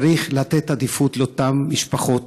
צריך לתת עדיפות לאותן משפחות